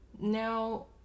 Now